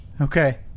Okay